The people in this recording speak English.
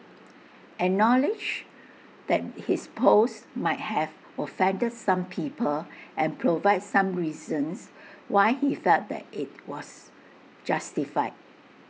acknowledge that his post might have offended some people and provide some reasons why he felt that IT was justified